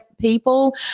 people